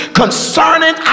concerning